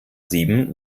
sieben